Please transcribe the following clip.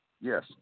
yes